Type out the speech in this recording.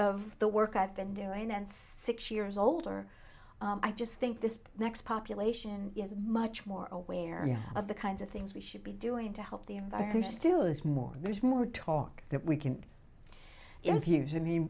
of the work i've been doing and six years older i just think this next population is much more aware of the kinds of things we should be doing to help the environment still is more there's more talk that we can yes here is i mean